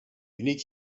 unique